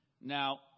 Now